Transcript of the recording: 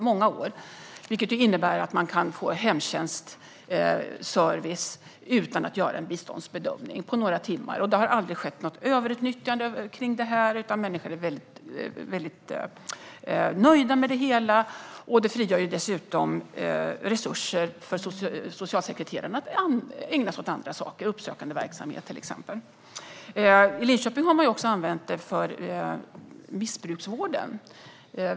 Förenklad biståndsbedömning innebär att man kan få hemtjänst några timmar utan att det görs en biståndsbedömning. Det har inte blivit något överutnyttjande, och människor är mycket nöjda. Det frigör dessutom resurser för socialsekreterarna att ägna sig åt andra saker, till exempel uppsökande verksamhet. I Linköping har man också använt det i missbruksvården.